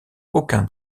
aucun